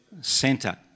center